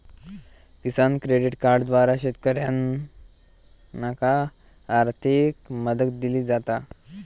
किसान credit कार्डद्वारा शेतकऱ्यांनाका आर्थिक मदत दिली जाता